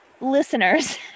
listeners